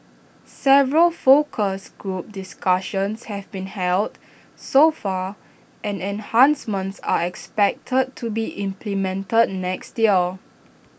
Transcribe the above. several focus group discussions have been held so far and enhancements are expected to be implemented next year